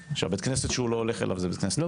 שבית הכנסת שהוא לא הולך אליו בית כנסת --- לא,